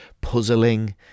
puzzling